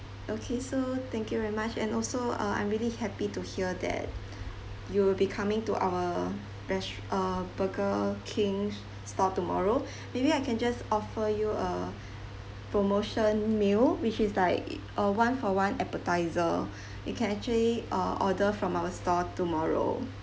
okay so thank you very much and also uh I'm really happy to hear that you'll be coming to our res~ uh burger king's store tomorrow maybe I can just offer you a promotion meal which is like a one for one appetizer you can actually uh order from our store tomorrow